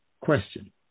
question